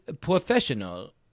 professional